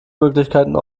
möglichkeiten